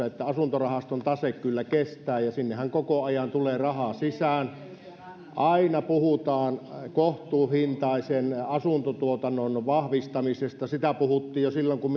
että asuntorahaston tase kyllä kestää ja sinnehän koko ajan tulee rahaa sisään aina puhutaan kohtuuhintaisen asuntotuotannon vahvistamisesta siitä puhuttiin jo silloin kun